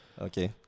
okay